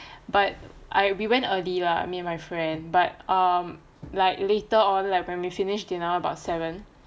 but I we went early lah me and my friend but um like later on like when we finished dinner about seven